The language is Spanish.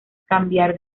cambiar